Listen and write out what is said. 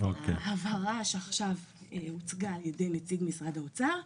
ההבהרה שעכשיו הוצגה על ידי נציג משרד האוצר,